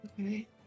Okay